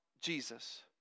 Jesus